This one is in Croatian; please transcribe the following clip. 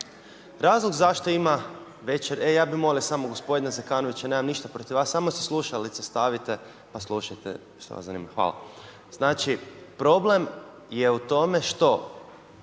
ne čuje se./... E, ja bi molio samo gospodina Zekanovića, nemam ništa protiv vas, samo si slušalice stavite pa slušajte što vas zanima, hvala. Znači, problem je u tome što